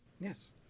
Yes